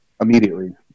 immediately